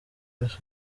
wese